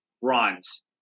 runs